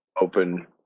open